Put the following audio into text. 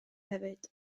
hefyd